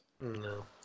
No